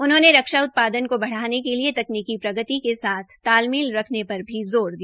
उन्होंने रक्षा उत्पादन को बढ़ानेके लिए तकनीकी प्रगति के साथ तालमेल रखने पर भी जोर दिया